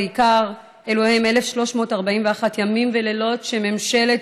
ובעיקר אלו הם 1,341 ימים ולילות שממשלת